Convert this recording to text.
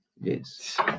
Yes